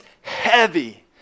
heavy